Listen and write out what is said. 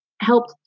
helped